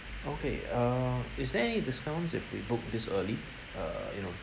okay err is there any discounts if we book this early uh you know